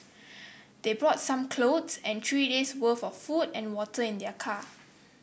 they brought some clothes and three days' worth of food and water in their car